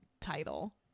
title